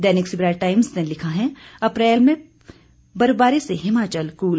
दैनिक Savera Times ने लिखा है अप्रैल में बर्फबारी से हिमाचल कूल